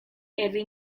herri